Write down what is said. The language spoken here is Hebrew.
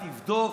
תבדוק.